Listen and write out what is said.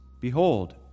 behold